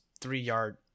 three-yard